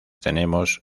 tenemos